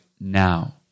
now